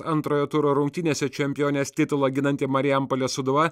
antrojo turo rungtynėse čempionės titulą ginanti marijampolės sūduva